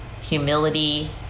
humility